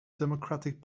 democratic